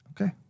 Okay